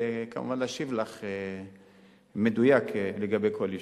וכמובן להשיב לך במדויק לגבי כל יישוב.